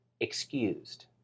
excused